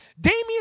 Damian